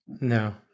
No